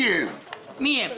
מי הן?